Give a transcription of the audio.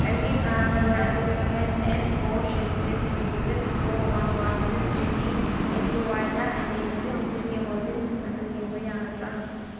ꯑꯩꯒꯤ ꯄ꯭ꯔꯥꯟ ꯅꯝꯕꯔ ꯑꯁꯤ seven eight four six six two six four one one six ꯇꯨꯅꯤ ꯑꯦ ꯄꯤ ꯋꯥꯏꯗ ꯑꯩꯒꯤ ꯍꯧꯖꯤꯛ ꯍꯧꯖꯤꯛꯀꯤ ꯍꯣꯜꯗꯤꯡꯁꯤꯡ ꯑꯗꯨ ꯌꯦꯡꯕ ꯌꯥꯒꯗ꯭ꯔꯥ